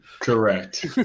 Correct